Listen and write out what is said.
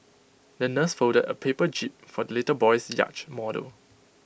the nurse folded A paper jib for the little boy's yacht model